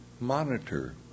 monitor